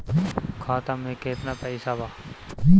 खाता में केतना पइसा बा?